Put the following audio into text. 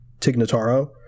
Tignataro